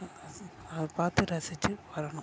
அது அது அதை பார்த்து ரசித்து வரணும்